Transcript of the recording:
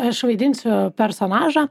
aš vaidinsiu personažą